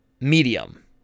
Medium